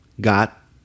got